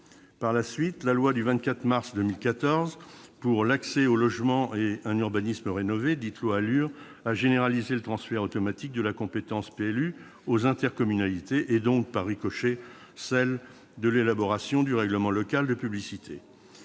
Par la suite, la loi du 24 mars 2014 pour l'accès au logement et un urbanisme rénové, dite loi ALUR a généralisé le transfert automatique de la compétence relative au PLU aux intercommunalités, et donc, par ricochet, de celle de l'élaboration du règlement local de publicité.